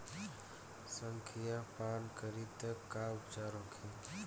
संखिया पान करी त का उपचार होखे?